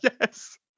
Yes